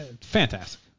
fantastic